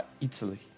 Italy